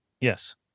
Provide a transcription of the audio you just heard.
Yes